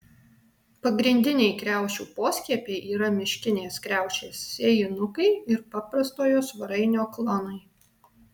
pagrindiniai kriaušių poskiepiai yra miškinės kriaušės sėjinukai ir paprastojo svarainio klonai